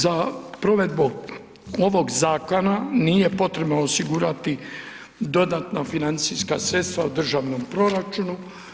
Za provedbu ovog zakona nije potrebno osigurati dodatna financijska sredstva u državnom proračunu.